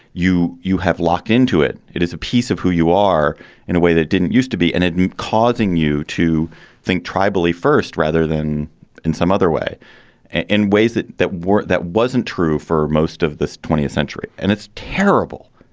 you you have locked into it. it is a piece of who you are in a way that didn't used to be an it causing you to think tribally first rather than in some other way and in ways that that weren't that wasn't true for most of the twentieth century. and it's terrible.